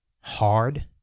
hard